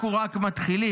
אנחנו רק מתחילים,